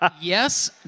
Yes